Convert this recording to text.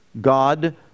God